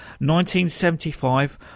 1975